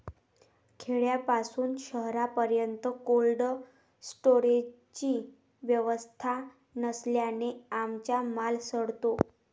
खेड्यापासून शहरापर्यंत कोल्ड स्टोरेजची व्यवस्था नसल्याने आमचा माल सडतो